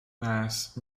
mass